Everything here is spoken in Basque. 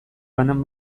banan